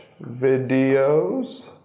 videos